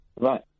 Right